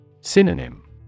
Synonym